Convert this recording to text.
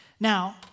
Now